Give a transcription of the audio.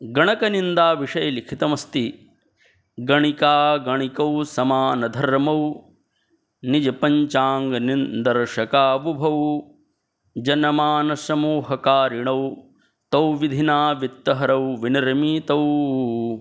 गणकनिन्दाविषये लिखितमस्ति गणिकागणिकौ समानधर्मौ निजपञ्चाङ्गनिन्दर्शकावुभौ जनमानसमूहकारिणौ तौ विधिना वित्तहरौ विनिर्मितौ